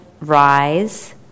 rise